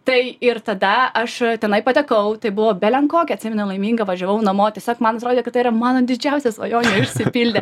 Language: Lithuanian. tai ir tada aš tenai patekau tai buvau belenkokia atsimenu laiminga važiavau namo tiesiog man atrodė kad tai yra mano didžiausias svajonė išsipildė